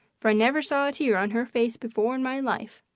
for i never saw a tear on her face before in my life.